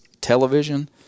television